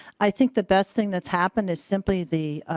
i think the best thing that's happened is simply the